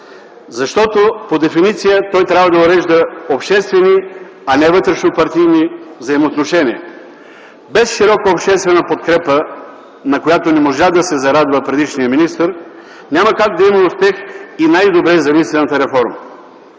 По дефиниция той трябва да урежда обществени, а не вътрешнопартийни взаимоотношения. Без широка обществена подкрепа, на която не можа да се зарадва предишният министър, няма как да има успех и най-добре замислената реформа.